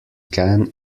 gan